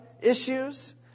issues